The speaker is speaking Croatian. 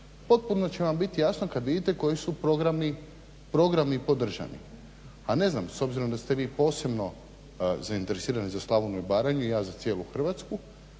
Potpuno će vam biti jasno kad vidite koji su programi, programi podržani. A ne znam, s obzirom da ste vi posebno zainteresirani za Slavoniju i Baranju i ja za cijelu Hrvatsku